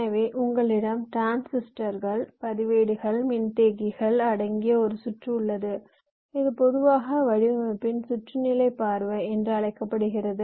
எனவே உங்களிடம் டிரான்சிஸ்டர்கள் பதிவேடுகள் மின்தேக்கிகள் அடங்கிய ஒரு சுற்று உள்ளது இது பொதுவாக வடிவமைப்பின் சுற்று நிலை பார்வை என்று அழைக்கப்படுகிறது